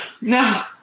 no